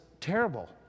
terrible